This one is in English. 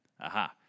Aha